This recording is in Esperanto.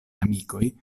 amikoj